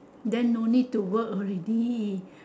then no need to work already